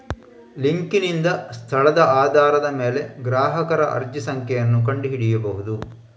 ಲಿಂಕಿನಿಂದ ಸ್ಥಳದ ಆಧಾರದ ಮೇಲೆ ಗ್ರಾಹಕರ ಅರ್ಜಿ ಸಂಖ್ಯೆಯನ್ನು ಕಂಡು ಹಿಡಿಯಬಹುದು